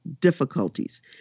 difficulties